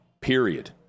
period